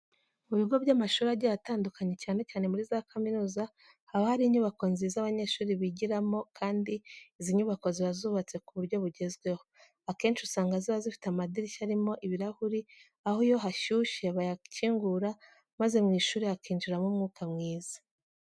Mu bigo by'amashuri agiye atandukanye cyane cyane muri za kaminuza haba hari inyubako nziza abanyeshuri bigiramo kandi izi nyubako ziba zubatse ku buryo bugezweho. Akenshi usanga ziba zifite amadirishya arimo ibirahuri, aho iyo hashyushye bayakingura maze mu ishuri hakinjiramo umwuka mwiza.